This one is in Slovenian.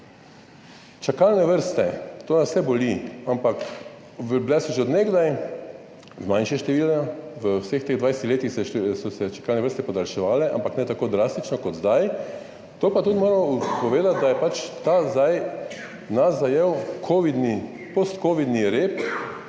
Čakalne vrste. To nas vse boli, ampak bile so že od nekdaj, v manjšem številu, v vseh teh 20 letih so se čakalne vrste podaljševale, ampak ne tako drastično kot zdaj. To pa tudi moramo povedati, da nas je pač zdaj zajel kovidni,